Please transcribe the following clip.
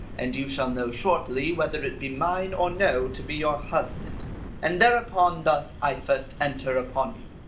and you shall know shortly whether it be mine or no to be your husband and thereupon thus i first enter upon you.